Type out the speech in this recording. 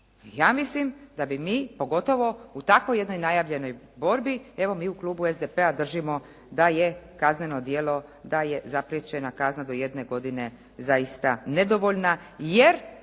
Ja mislim da bi mi pogotovo u takvoj jednoj najavljenoj borbi evo mi u klubu SDP-a držimo da je kazneno djelo, da je zapriječena kazna do jedne godine zaista nedovoljna, jer